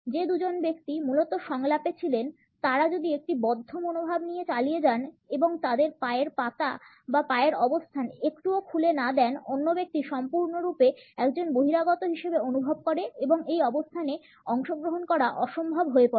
যে দুজন ব্যক্তি মূলত সংলাপে ছিলেন তারা যদি একটি বদ্ধ মনোভাব নিয়ে চালিয়ে যান এবং তাদের পা এর পাতা বা পায়ের অবস্থান একটুও খুলে না দেন অন্য ব্যক্তি সম্পূর্ণরূপে একজন বহিরাগত হিসাবে অনুভব করে এবং এই অবস্থানে অংশগ্রহণ করা অসম্ভব হয়ে পড়ে